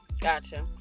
Gotcha